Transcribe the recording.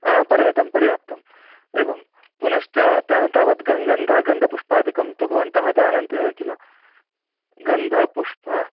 परिमितं पर्याप्तम् एवं पुनश्च त तावत् गन् गन्ध गन्धपुष्पादिकं तु भवन्तः जानन्ति एव किल गन्धपुष्प